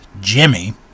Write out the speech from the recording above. Jimmy